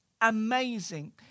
amazing